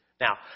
Now